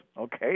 okay